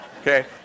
okay